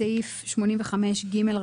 בסעיף 85ג(ג),